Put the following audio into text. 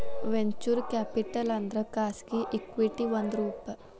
venture capital ಅಂದ್ರ ಖಾಸಗಿ equity ಒಂದ್ ರೂಪ